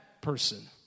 person